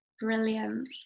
Brilliant